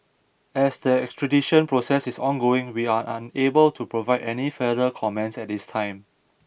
as the extradition process is ongoing we are unable to provide any further comments at this time